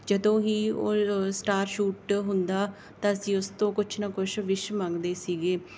ਜਦੋਂ ਹੀ ਉਹ ਓ ਸਟਾਰ ਸ਼ੂਟ ਹੁੰਦਾ ਤਾਂ ਅਸੀਂ ਉਸ ਤੋਂ ਕੁਛ ਨਾ ਕੁਛ ਵਿਸ਼ ਮੰਗਦੇ ਸੀਗੇ